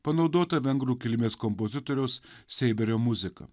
panaudota vengrų kilmės kompozitoriaus seiberio muzika